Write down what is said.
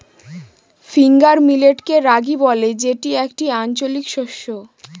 finger মিলেটকে রাগি বলে যেটি একটি আঞ্চলিক শস্য